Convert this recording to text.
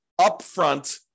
upfront